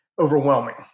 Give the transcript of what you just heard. overwhelming